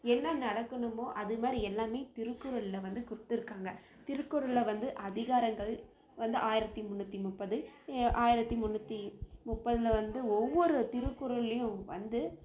என்ன நடக்கணுமோ அது மாதிரி எல்லாமே திருக்குறளில் வந்து குடுத்துருக்காங்க திருக்குறளில் வந்து அதிகாரங்கள் வந்து ஆயிரத்து முன்னூற்றி முப்பது இ ஆயிரத்து முன்னூற்றி முப்பதில் வந்து ஒவ்வொரு திருக்குறள்லேயும் வந்து